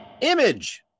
image